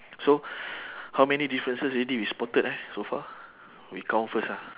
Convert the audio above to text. so how many differences already we spotted ah so far we count first ah